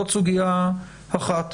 זאת סוגיה אחת,